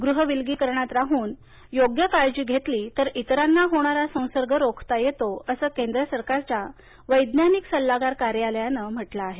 गृहविलगीकरणात राहून योग्य काळजी घेतली तर इतरांना होणारा संसर्ग रोखता येतो असं केंद्र सरकारच्या वैज्ञानिक सल्लागार कार्यालयानं म्हटलं आहे